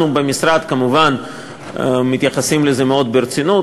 אנחנו במשרד כמובן מתייחסים לזה מאוד ברצינות.